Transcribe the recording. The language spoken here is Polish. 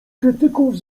krytyków